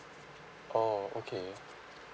oh okay